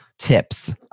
Tips